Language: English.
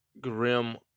grim